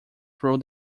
through